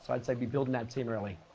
so i'd say be building that team early,